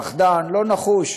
פחדן לא נחוש.